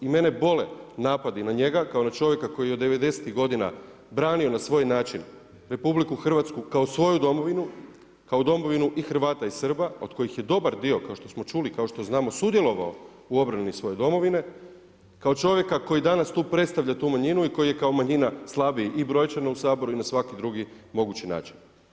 I mene bole napadi na njega kao na čovjeka koji je od '90.-tih godina branio na svoj način RH kao svoju domovinu, kao domovinu i Hrvata i Srba, od kojih je dobar dio kao što smo čuli i kao što znamo sudjelovao u obrani svoje domovine, kao čovjeka koji danas tu predstavlja tu manjinu i koji je kao manjina slabiji i brojčano u Saboru i na svaki drugi mogući način.